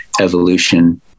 evolution